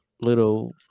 little